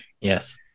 Yes